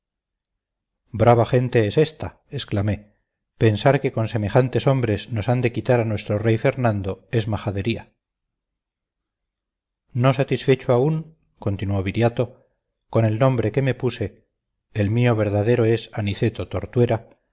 brava gente es esta exclamé pensar que con semejantes hombres nos han de quitar a nuestro rey fernando es majadería no satisfecho aún continuó viriato con el nombre que me puse el mío verdadero es aniceto tortuera expedí carta de